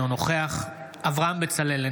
אינו נוכח אברהם בצלאל,